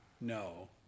no